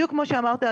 כמו שאמרת,